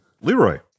Leroy